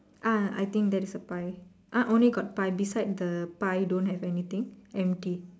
ah I think that is a pie ah only got pie beside the pie don't have anything empty